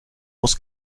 muss